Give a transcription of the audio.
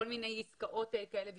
כל מיני עסקאות כאלה שעושים.